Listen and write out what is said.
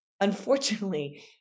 Unfortunately